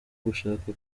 gushaka